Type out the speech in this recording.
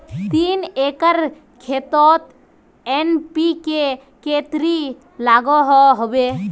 तीन एकर खेतोत एन.पी.के कतेरी लागोहो होबे?